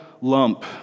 lump